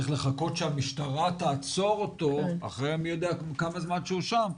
צריך לחכות שהמשטרה תעצור אותו אחרי מי יודע כמה זמן שהוא שם.